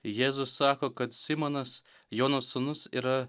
jėzus sako kad simonas jono sūnus yra